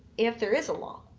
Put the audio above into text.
if there is a law.